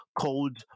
called